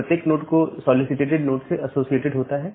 प्रत्येक नोड एक solicited note से एसोसिएटेड होता है